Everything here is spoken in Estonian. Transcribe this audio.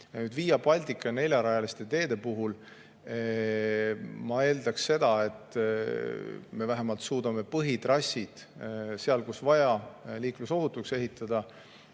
Baltica neljarajalise tee puhul ma eeldaks seda, et me vähemalt suudame põhitrassid seal, kus vaja, liiklusohutuks ehitada,